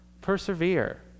Persevere